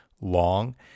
long